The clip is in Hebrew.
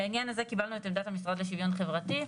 לעניין הזה קיבלנו את עמדת המשרד לשוויון חברתי,